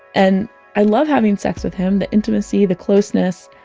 and i love having sex with him, the intimacy, the closeness.